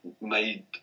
made